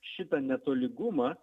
šitą netolygumą